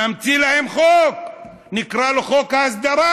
נמציא להם חוק ונקרא לו חוק ההסדרה.